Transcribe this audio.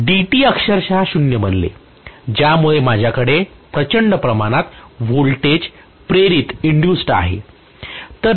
तर dt अक्षरशः 0 बनले ज्यामुळे माझ्याकडे प्रचंड प्रमाणात व्होल्टेज प्रेरित आहे